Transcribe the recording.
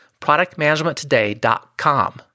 productmanagementtoday.com